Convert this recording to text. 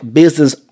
business